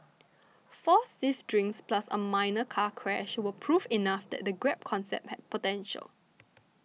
four stiff drinks plus a minor car crash were proof enough that the Grab concept had potential